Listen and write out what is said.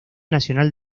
nacional